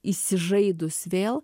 įsižaidus vėl